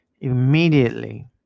immediately